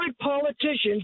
politicians